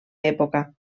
època